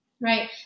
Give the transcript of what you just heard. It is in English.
Right